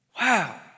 wow